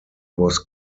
was